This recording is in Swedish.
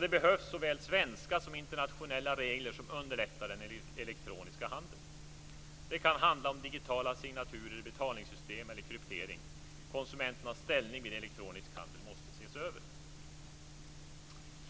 Det behövs såväl svenska som internationella regler för att underlätta den elektroniska handeln. Det kan handla om digitala signaturer, betalningssystem eller kryptering. Konsumenternas ställning vid elektronisk handel måste ses över.